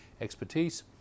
expertise